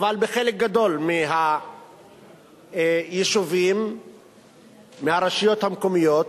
אבל בחלק גדול מהיישובים ברשויות המקומיות